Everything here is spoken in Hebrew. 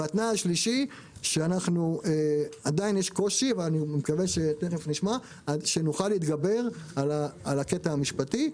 התנאי השלישי שבו יש עדיין קושי שנוכל להתגבר לאחור על הקטע המשפטי.